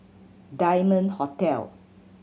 Diamond Hotel